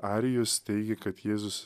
arijus teigė kad jėzus